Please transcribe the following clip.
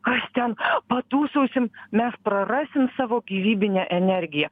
kas ten padūsausim mes prarasim savo gyvybinę energiją